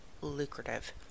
lucrative